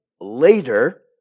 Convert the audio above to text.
later